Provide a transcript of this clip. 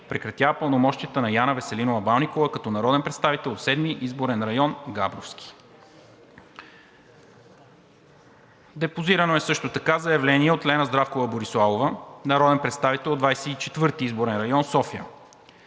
Прекратява пълномощията на Яна Веселинова Балникова като народен представител от Седми изборен район – Габровски.“ Депозирано е също така заявление от Лена Здравкова Бориславова – народен представител от Двадесет и четвърти изборен район – София,